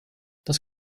das